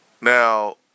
Now